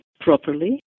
properly